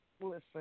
listen